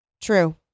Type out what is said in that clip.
True